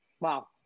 Wow